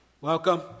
Welcome